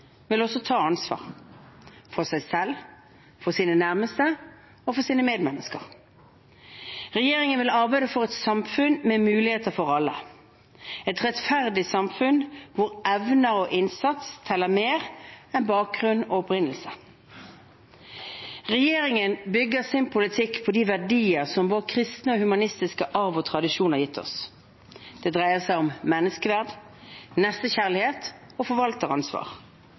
vil også ta ansvar – for seg selv, for sine nærmeste og for sine medmennesker. Regjeringen vil arbeide for et samfunn med muligheter for alle – et rettferdig samfunn hvor evner og innsats teller mer enn bakgrunn og opprinnelse. Regjeringen bygger sin politikk på de verdier som vår kristne og humanistiske arv og tradisjon har gitt oss. Det dreier seg om menneskeverd, nestekjærlighet og forvalteransvar,